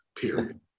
period